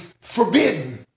forbidden